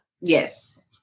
Yes